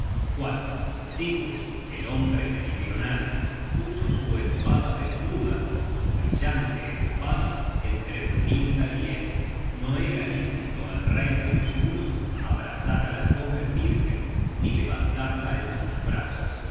permitido sigurd el hombre meridional puso su esipada desnuda su brillante espada entre brynhilda y él no era lícito al rey de los hunos abrazar á la joven vírgen ni levantarla en sus brazos